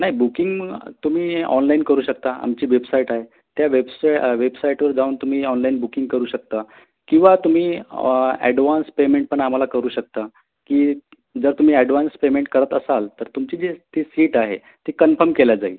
नाही बुकिंग तुम्ही ऑनलाईन करू शकता आमची बेबसाईट आहे त्या वेबसा वेबसाईटवर जाऊन तुम्ही ऑनलाईन बुकिंग करू शकता किंवा तुम्ही अॅडव्हॉन्स पेमेंट पण आम्हाला करू शकता की जर तुम्ही अॅडव्हान्स पेमेंट करत असाल तर तुमची जी ती सीट आहे ती कन्फम केली जाईल